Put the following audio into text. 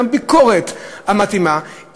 עם הביקורת המתאימה,